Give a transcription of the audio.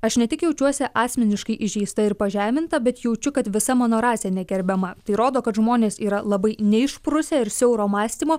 aš ne tik jaučiuosi asmeniškai įžeista ir pažeminta bet jaučiu kad visa mano rasė negerbiama tai rodo kad žmonės yra labai neišprusę ir siauro mąstymo